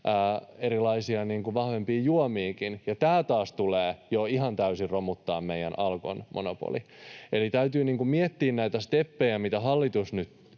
erilaisia vahvempia juomiakin. Tämä taas tulee jo ihan täysin romuttamaan meidän Alkon monopolin. Eli täytyy miettiä näitä steppejä, mitä hallitus nyt